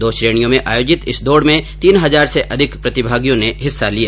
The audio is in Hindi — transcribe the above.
दो श्रेणियों में आयोजित इस दौड़ में तीन हजार से अधिक प्रतिभागियों ने हिस्सा लिया